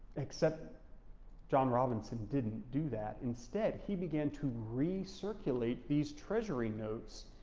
except john robinson didn't do that. instead, he began to recirculate these treasury notes.